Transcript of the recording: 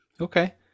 Okay